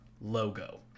logo